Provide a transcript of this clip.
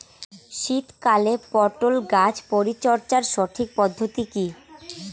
শীতকালে পটল গাছ পরিচর্যার সঠিক পদ্ধতি কী?